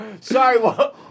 sorry